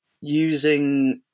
using